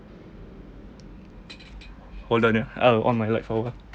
hold on ah I'll on my light for awhile